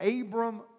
Abram